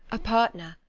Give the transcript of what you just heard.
a partner,